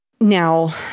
Now